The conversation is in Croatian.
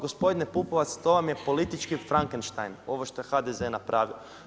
Gospodine Pupovac to vam je politički Frankenstein ovo što je HDZ napravio.